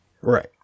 Right